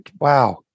Wow